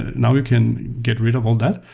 now you can get rid of all that,